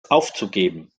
aufzugeben